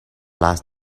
last